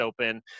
Open